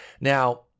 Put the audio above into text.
Now